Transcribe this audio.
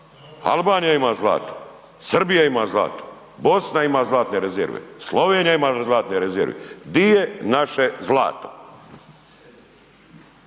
Albanija ima zlato, Srbija ima zlato, Bosna ima zlatne rezerve, Slovenija ima zlatne rezerve. Gdje je naše zlato?